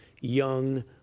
young